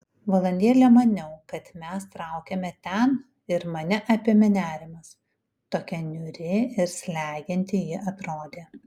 valandėlę maniau kad mes traukiame ten ir mane apėmė nerimas tokia niūri ir slegianti ji atrodė